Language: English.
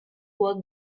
work